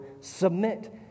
submit